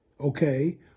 Okay